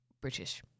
british